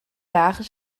dagen